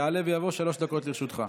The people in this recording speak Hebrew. יעלה ויבוא, שלוש דקות לרשותך.